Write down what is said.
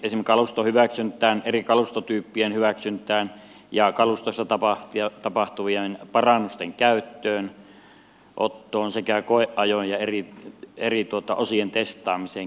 esimerkiksi kaluston hyväksyntään eri kalustotyyppien hyväksyntään ja kalustossa tapahtuvien parannusten käyttöönottoon sekä koeajoon ja eri osien testaamiseen käytännössä